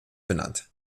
benannt